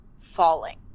falling